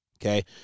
Okay